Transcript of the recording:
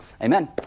Amen